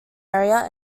area